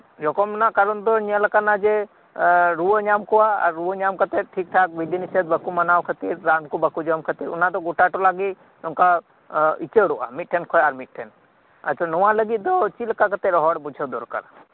ᱡᱚᱠᱷᱚᱢ ᱨᱮᱱᱟᱜ ᱠᱟᱨᱚᱱ ᱫᱚ ᱧᱮᱞ ᱟᱠᱟᱱᱟ ᱡᱮ ᱨᱩᱣᱟᱹ ᱧᱟᱢᱠᱚᱣᱟ ᱟᱨ ᱨᱩᱣᱟᱹ ᱧᱟᱢᱠᱟᱛᱮᱫ ᱴᱷᱤᱠ ᱴᱷᱟᱠ ᱵᱤᱫᱷᱤ ᱱᱤᱥᱮᱫ ᱵᱟᱠᱚ ᱢᱟᱱᱟᱣ ᱠᱷᱟᱹᱛᱤᱨ ᱨᱟᱱᱠᱚ ᱵᱟᱠᱚ ᱡᱚᱢ ᱠᱷᱟᱹᱛᱤᱨ ᱚᱱᱟᱫᱚ ᱜᱚᱴᱟ ᱴᱚᱞᱟᱜᱮ ᱱᱚᱝᱠᱟ ᱩᱪᱟᱹᱲᱚᱜᱼᱟ ᱢᱤᱫᱴᱷᱮᱱ ᱠᱷᱚᱱ ᱟᱨ ᱢᱤᱫᱴᱷᱮᱱ ᱟᱪᱪᱷᱟ ᱱᱚᱶᱟ ᱞᱟᱹᱜᱤᱫ ᱫᱚ ᱪᱮᱫ ᱞᱮᱠᱟ ᱠᱟᱛᱮᱫ ᱦᱚᱲ ᱵᱩᱡᱷᱟᱹᱣ ᱫᱚᱨᱠᱟᱨ